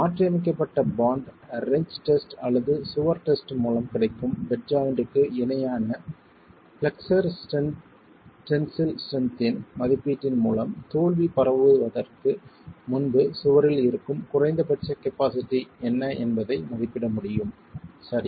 மாற்றியமைக்கப்பட்ட bond wrench test அல்லது சுவர் டெஸ்ட் மூலம் கிடைக்கும் பெட் ஜாய்ண்ட்க்கு இணையான பிளெக்ஸ்ஸர் டென்சில் ஸ்ட்ரென்த் யின் மதிப்பீட்டின் மூலம் தோல்வி பரவுவதற்கு முன்பு சுவரில் இருக்கும் குறைந்தபட்ச கபாஸிட்டி என்ன என்பதை மதிப்பிட முடியும் சரி